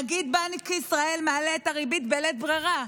נגיד בנק ישראל מעלה את הריבית בלית ברירה,